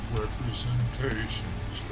representations